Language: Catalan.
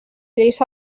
lleis